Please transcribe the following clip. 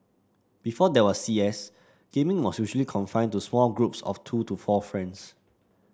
before there was C S gaming was usually confined to small groups of two to four friends